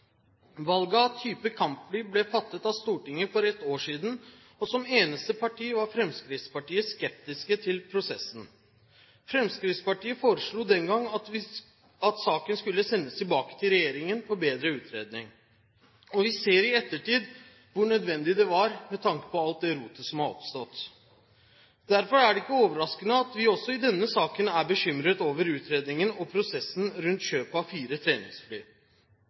av type kampfly ble fattet av Stortinget for ett år siden, og som eneste parti var Fremskrittspartiet skeptisk til prosessen. Fremskrittspartiet foreslo den gang at saken skulle sendes tilbake til regjeringen for bedre utredning. Vi ser i ettertid hvor nødvendig det var med tanke på alt det rotet som har oppstått. Derfor er det ikke overraskende at vi også i denne saken er bekymret over utredningen og prosessen rundt kjøpet av fire